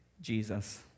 Jesus